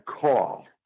call